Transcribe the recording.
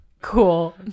Cool